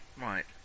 Right